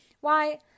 Why